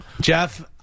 Jeff